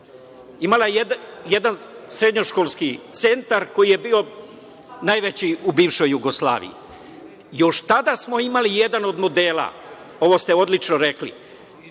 imala jedan srednjoškolski centar koji je bio najveći u bivšoj Jugoslaviji. Još tada smo imali jedan od modela, ovo steodlično rekli,